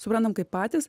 suprantam kaip patys